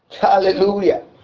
Hallelujah